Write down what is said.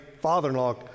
father-in-law